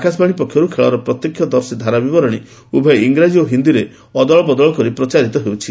ଆକାଶବାଣୀ ପକ୍ଷରୁ ଖେଳର ପ୍ରତ୍ୟକ୍ଷ ଧାରାବିବରଣୀ ଉଭୟ ଇରାଜୀ ଓ ହିନ୍ଦୀରେ ଅଦଳବଦଳ କରି ପ୍ରଚାରିତ ହେଉଛି